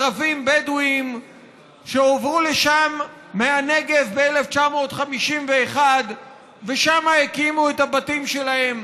ערבים בדואים שהועברו לשם מהנגב ב-1951 ושמה הקימו את הבתים שלהם,